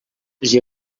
j’y